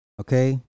Okay